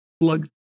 blood